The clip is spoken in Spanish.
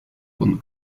con